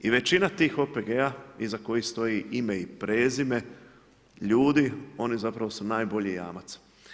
I većina tih OPG-a iza kojih stoji ime i prezime ljudi, oni zapravo su najbolji jamac.